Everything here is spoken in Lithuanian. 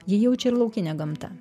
jį jaučia ir laukinę gamtą